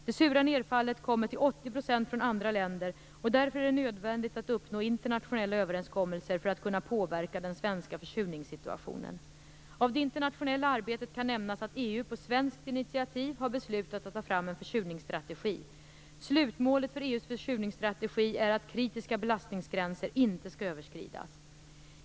Det sura nedfallet kommer till 80 % från andra länder, och därför är det nödvändigt att uppnå internationella överenskommelser för att kunna påverka den svenska försurningssituationen. Av det internationella arbetet kan nämnas att EU på svenskt initiativ har beslutat att ta fram en försurningsstrategi. Slutmålet för EU:s försurningsstrategi är att kritiska belastningsgränser inte skall överskridas.